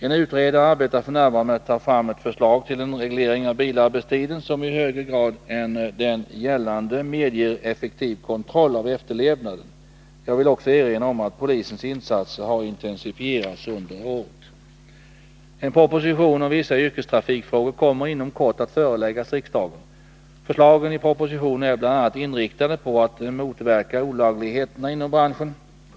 En utredare arbetar f. n. med att ta fram ett förslag till en reglering av bilarbetstiden som i högre grad än den gällande medger effektiv kontroll av efterlevnaden. Jag vill också erinra om att polisens insatser har intensifierats under året. En proposition om vissa yrkestrafikfrågor kommer inom kort att föreläggas riksdagen. Förslagen i propositionen är bl.a. inriktade på att motverka olagligheterna inom branschen.